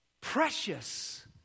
Precious